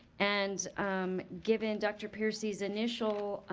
and given dr. peercy's initial